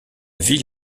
ville